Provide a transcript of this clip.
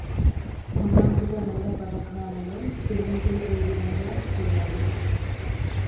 సామాజిక రంగ పథకాలలో చెల్లింపులు ఏ విధంగా చేయాలి?